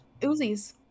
Uzis